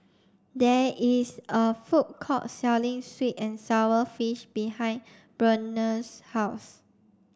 there is a food court selling sweet and sour fish behind Burnell's house